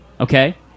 Okay